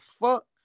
fuck